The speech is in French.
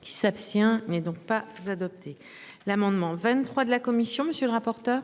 Qui s'abstient mais donc pas adopté l'amendement 23 de la commission. Monsieur le rapporteur.